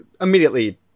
immediately